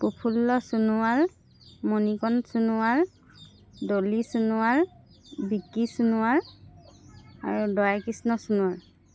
প্ৰফুল্ল সোণোৱাল মণিকণ সোণোৱাল ডলি সোণাৱাল বিকি সোণোৱাল আৰু দয়াকৃষ্ণ সোণোৱাল